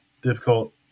difficult